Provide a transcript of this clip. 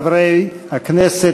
חברי הכנסת,